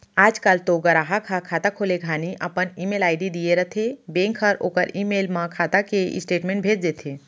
आज काल तो गराहक ह खाता खोले घानी अपन ईमेल आईडी दिए रथें बेंक हर ओकर ईमेल म खाता के स्टेटमेंट भेज देथे